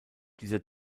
dieser